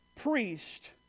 priest